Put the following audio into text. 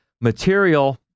material